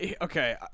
Okay